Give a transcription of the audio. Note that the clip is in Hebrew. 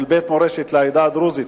שבית המורשת לעדה הדרוזית,